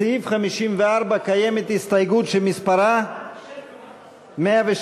לסעיף 54 קיימת הסתייגות שמספרה 117,